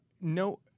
no